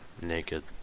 naked